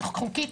חוקית.